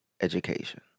education